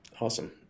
Awesome